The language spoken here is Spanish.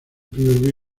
primer